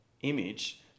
image